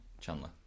Chandler